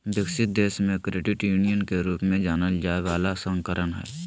विकसित देश मे क्रेडिट यूनियन के रूप में जानल जाय बला संस्करण हइ